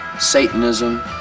Satanism